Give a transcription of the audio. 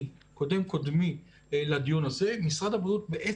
מקודם קודמי לדיון הזה, משרד הבריאות אומר